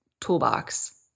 toolbox